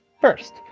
first